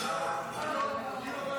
נתקבלו.